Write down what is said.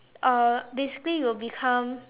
uh basically you'll become